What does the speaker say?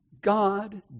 God